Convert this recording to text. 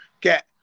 get